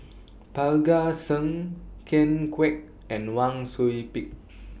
Parga Singh Ken Kwek and Wang Sui Pick